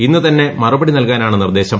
ഇന്ന് തന്നെ മറുപടി നൽകാനാണ് നിർദ്ദേശം